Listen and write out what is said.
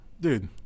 dude